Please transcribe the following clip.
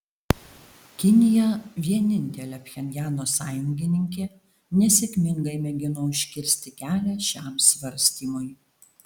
kinija vienintelė pchenjano sąjungininkė nesėkmingai mėgino užkirsti kelią šiam svarstymui